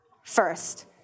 First